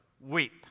weep